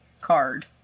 card